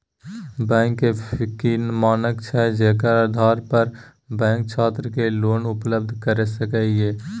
Bank के की मानक छै जेकर आधार पर बैंक छात्र के लोन उपलब्ध करय सके ये?